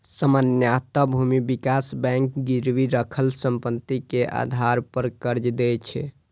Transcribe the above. सामान्यतः भूमि विकास बैंक गिरवी राखल संपत्ति के आधार पर कर्ज दै छै